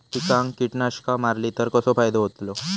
पिकांक कीटकनाशका मारली तर कसो फायदो होतलो?